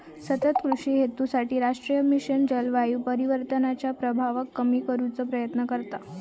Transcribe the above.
सतत कृषि हेतूसाठी राष्ट्रीय मिशन जलवायू परिवर्तनाच्या प्रभावाक कमी करुचो प्रयत्न करता